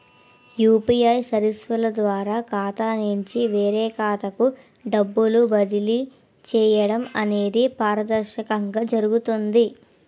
UPA సర్వీసుల ద్వారా ఖాతా నుంచి వేరే ఖాతాకు డబ్బులు బదిలీ చేయడం అనేది పారదర్శకంగా జరుగుతుంది